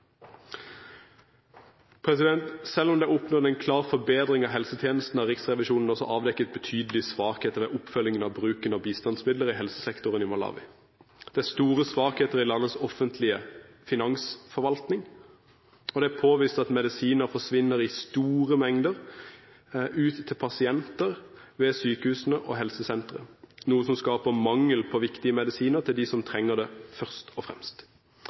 Selv om det er oppnådd en klar forbedring av helsetjenesten, har Riksrevisjonen også avdekket betydelige svakheter ved oppfølgingen av bruken av bistandsmidler i helsesektoren i Malawi. Det er store svakheter i landets offentlige finansforvaltning, og det er påvist at medisiner forsvinner i store mengder på veien ut til pasienter ved sykehusene og helsesentrene, noe som skaper mangel på viktige medisiner til dem som først og fremst trenger det.